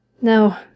No